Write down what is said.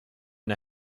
and